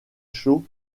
chaud